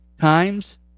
Times